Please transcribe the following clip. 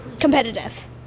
competitive